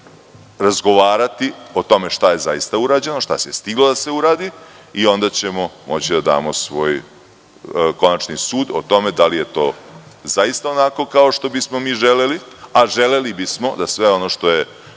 razgovarati o tome šta je zaista urađeno, šta je stiglo da se uradi i onda ćemo moći da damo svoj končani sud o tome da li je to zaista onako kako bismo mi želeli, a želeli bi smo da sve ono što je,